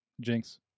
Jinx